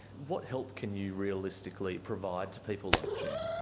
what help can you realistically provide to people like june?